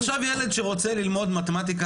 עכשיו ילד בפריפריה שרוצה ללמוד מתמטיקה